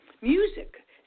music